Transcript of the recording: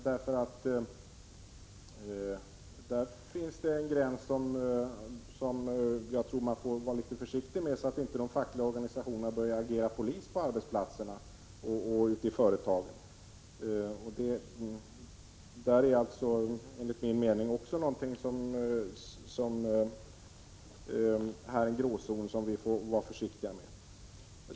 Det finns gränser, och jag tror att vi får vara litet försiktiga, så att de fackliga organisationerna inte börjar agera polis på arbetsplatserna och ute i företagen. Här är det enligt min mening också en grå zon som vi får vara försiktiga med.